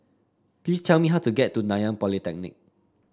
please tell me how to get to Nanyang Polytechnic